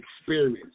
experience